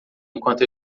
enquanto